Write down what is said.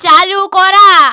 চালু করা